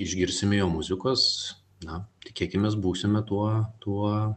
išgirsime jo muzikos na tikėkimės būsime tuo tuo